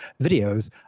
videos